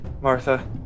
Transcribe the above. Martha